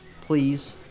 Please